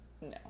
No